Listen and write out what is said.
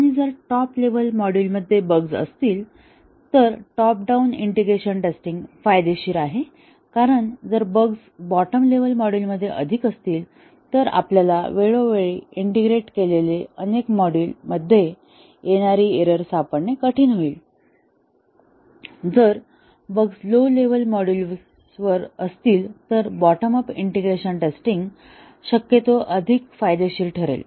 आणि जर top level मॉड्यूलमध्ये बग्स असतील तर टॉप डाउन इंटिग्रेशन टेस्टिंग फायदेशीर आहे कारण जर बग्स बॉटम लेव्हल मॉड्यूलमध्ये अधिक असतील तर आपल्याला वेळोवेळी इंटिग्रेट केलेले अनेक मॉड्यूल मध्ये येणारी एरर सापडणे कठीण होईल जर बग्स लो लेव्हल वरील मॉड्यूल्सवर असतील तर बॉटम अप इंटिग्रेशन टेस्टिंग शक्यतो अधिक फायदेशीर ठरेल